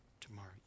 tomorrow